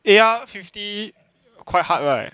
eh ya fifty quite hard right